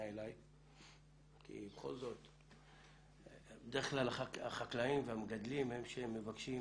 אלי כי בדרך כלל החקלאים והמגדלים הם אלה שמבקשים